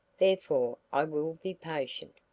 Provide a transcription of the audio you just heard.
therefore i will be patient.